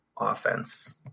offense